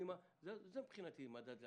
זה מבחינתי מדד להצלחה.